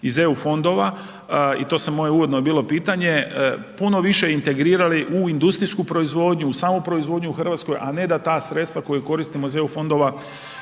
iz EU fondova i to sam uvodno je moje bilo pitanje, puno više integrirali u industrijsku proizvodnju u samu proizvodnju u Hrvatskoj, a ne da ta sredstva koja koristimo iz EU fondova